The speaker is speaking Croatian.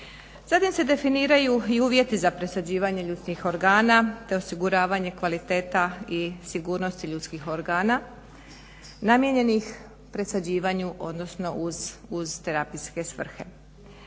Zatim se definiraju i uvjeti za presađivanje ljudskih organa, te osiguravanje kvaliteta i sigurnosti ljudskih organa namijenjenih presađivanju odnosno uz terapijske svrhe.